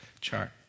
chart